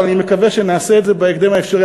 ואני מקווה שנעשה את זה בהקדם האפשרי.